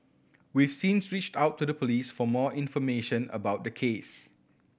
we've since reached out to the Police for more information about the case